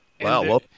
wow